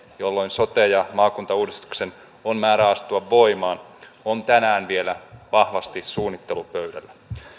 jolloin sote ja maakuntauudistuksen on määrä astua voimaan on tänään vielä vahvasti suunnittelupöydällä